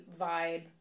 vibe